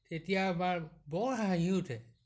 তেতিয়া আমাৰ বৰ হাঁহি উঠে